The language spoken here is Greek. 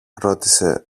ρώτησε